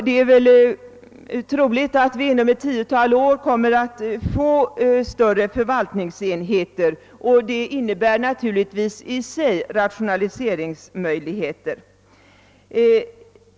Det är väl också troligt att vi inom ett tiotal år kommer att få större förvaltningsenheter, och det innebär naturligtvis i sig rationali seringsmöjligheter.